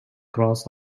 cross